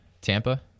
Tampa